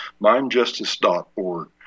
Mindjustice.org